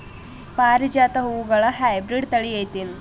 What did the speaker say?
ಪಾರಿಜಾತ ಹೂವುಗಳ ಹೈಬ್ರಿಡ್ ಥಳಿ ಐತೇನು?